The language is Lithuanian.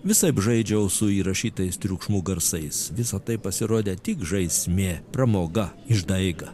visaip žaidžiau su įrašytais triukšmų garsais visa tai pasirodė tik žaismė pramoga išdaiga